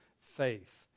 faith